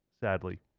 sadly